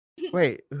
Wait